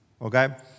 okay